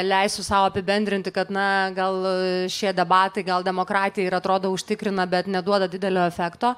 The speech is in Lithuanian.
leisiu sau apibendrinti kad na gal šie debatai gal demokratija ir atrodo užtikrina bet neduoda didelio efekto